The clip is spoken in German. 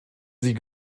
sie